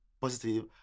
positive